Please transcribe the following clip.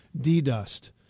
D-Dust